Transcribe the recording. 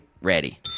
Ready